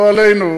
לא עלינו.